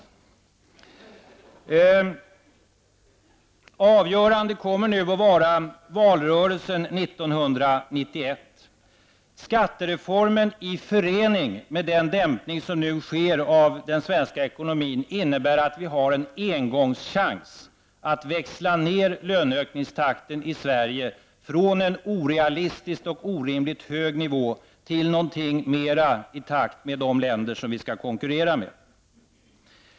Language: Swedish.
Valrörelsen år 1991 kommer att vara avgörande. Skattereformen i förening med den dämpning som nu sker av den svenska ekonomin innebär att vi har en engångschans att växla ner i löneökningstakten i Sverige från en orealistiskt och orimligt hög nivå till någonting mer i takt med de länder som vi skall konkurrera med.